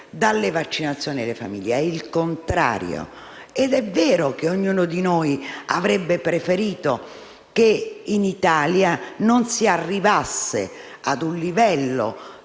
dalle vaccinazioni. È il contrario. È vero che ognuno di noi avrebbe preferito che in Italia non si arrivasse ad un livello